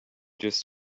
just